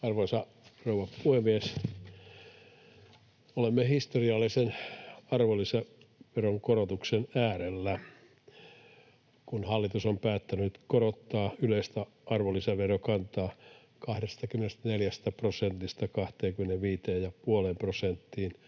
Arvoisa rouva puhemies! Olemme historiallisen arvonlisäveron korotuksen äärellä, kun hallitus on päättänyt korottaa yleistä arvonlisäverokantaa 24 prosentista 25 ja puoleen